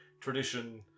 tradition